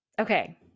Okay